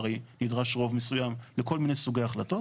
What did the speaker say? הרי נדרש רוב מסוים לכל מיני סוגי החלטות.